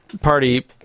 party